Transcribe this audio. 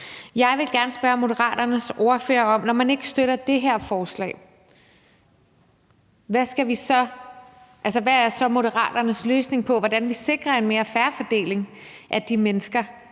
Jeg vil gerne spørge Moderaternes ordfører: Når man ikke støtter det her forslag, hvad skal vi så? Altså, hvad er så Moderaternes løsning på, hvordan vi sikrer en mere fair fordeling af de mennesker,